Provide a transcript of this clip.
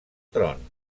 tron